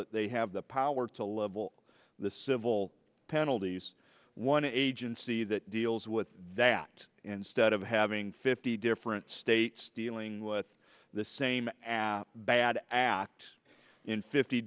that they have the power to level the civil penalties one agency that deals with that instead of having fifty different states dealing with the same bad act in fifty